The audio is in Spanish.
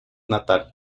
natal